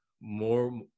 more